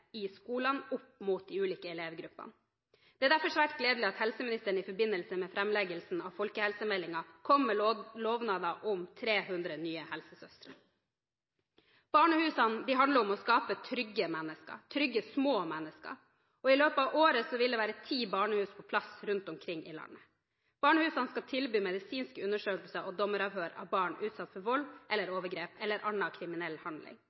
i skolene opp mot de ulike elevgruppene. Det er derfor svært gledelig at helseministeren i forbindelse med framleggelsen av folkehelsemeldingen kom med lovnader om 300 nye helsesøstre. Barnehusene handler om å skape trygge mennesker – trygge små mennesker. I løpet av året vil det være ti barnehus på plass rundt omkring i landet. Barnehusene skal tilby medisinske undersøkelser og dommeravhør av barn utsatt for vold, overgrep eller